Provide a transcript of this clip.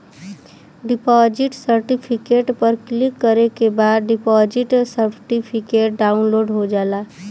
deposit certificate पर click करे के बाद डिपॉजिट सर्टिफिकेट डाउनलोड हो जाला